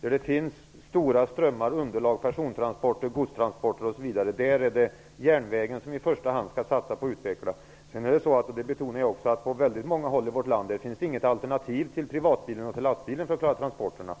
Där det finns stora trafikströmmar och underlag för persontransporter, godstransporter osv. skall man i första hand satsa på att utveckla järnvägen. Men jag betonade också att det på många håll i vårt land inte finns något alternativ till privatbilen och till lastbilen för att klara transporterna.